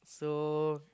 so